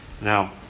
Now